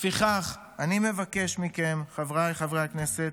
לפיכך, אני מבקש מכם, חבריי חברי הכנסת,